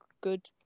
good